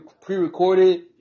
pre-recorded